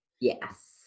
Yes